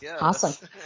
Awesome